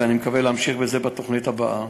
ואני מקווה להמשיך בזה בתוכנית הבאה.